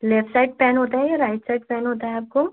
left side pain होता है या राइट साइड पेन होता है आपको